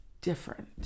different